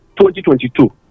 2022